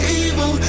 evil